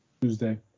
Tuesday